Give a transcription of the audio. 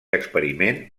experiment